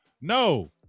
No